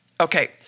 Okay